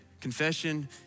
confession